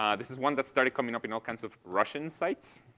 um this is one that started coming up in all kinds of russian sites.